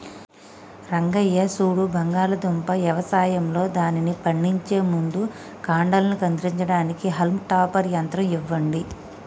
రంగయ్య సూడు బంగాళాదుంప యవసాయంలో దానిని పండించే ముందు కాండలను కత్తిరించడానికి హాల్మ్ టాపర్ యంత్రం ఇవ్వండి